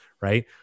right